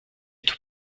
tout